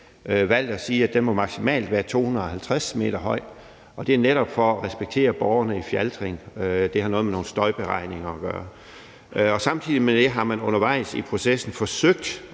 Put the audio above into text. valgt at sige, at den maksimalt må være 250 m høj. Det er netop for at respektere borgerne i Fjaltring. Det har noget med nogle støjberegninger at gøre. Samtidig med det har man undervejs i processen forsøgt